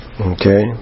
Okay